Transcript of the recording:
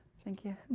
thank you.